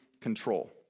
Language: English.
control